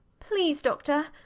please, doctor.